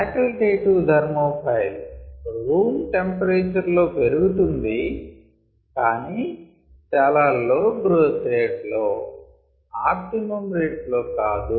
ఫ్యాకల్టె టివ్ thermophile room temperature లో పెరుగుతుంది కానీ చాలా లో గ్రోత్ రేట్ లో ఆప్టిమమ్ రేట్ లో కాదు